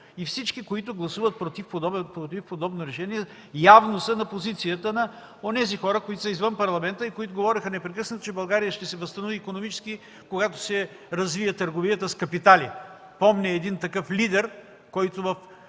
Всички, които гласуват против подобно решение, явно са на позицията на онези хора извън Парламента, които говореха непрекъснато, че България ще се възстанови икономически, когато се развие търговията с капитали. Помня един такъв лидер от